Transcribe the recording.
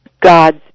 God's